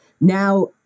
Now